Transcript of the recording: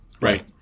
Right